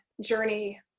journey